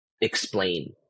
explain